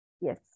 Yes